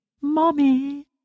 Mommy